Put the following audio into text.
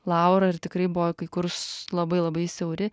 laura ir tikrai buvo kai kurs labai labai siauri